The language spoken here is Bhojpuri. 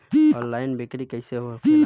ऑनलाइन बिक्री कैसे होखेला?